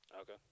Okay